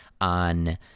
on